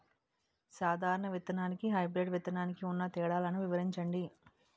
సాధారణ విత్తననికి, హైబ్రిడ్ విత్తనానికి ఉన్న తేడాలను వివరించండి?